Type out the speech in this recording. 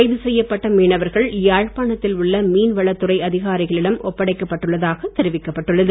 கைது செய்யப்பட்ட மீனவர்கள் உள்ள யாழ்பாணத்தில் மீனவளத்துறை அதிகாரிகளிடம் ஒப்படைக்கப்பட்டுள்ளதாக தெரிவிக்கப்பட்டுள்ளது